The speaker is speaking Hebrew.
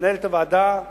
למנהלת הוועדה,